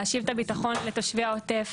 להשיב את הביטחון לתושבי העוטף,